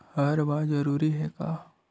हर बार जरूरी हे का?